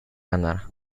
ganar